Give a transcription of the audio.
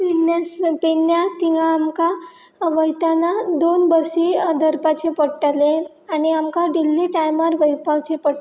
पेण्ण्या पेडण्या तिंगा आमकां वयतना दोन बसी धरपाचें पडटाले आनी आमकां डिल्ली टायमार वयपावची पडटा